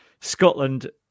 Scotland